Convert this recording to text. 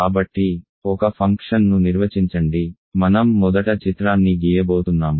కాబట్టి ఒక ఫంక్షన్ను నిర్వచించండి మనం మొదట చిత్రాన్ని గీయబోతున్నాము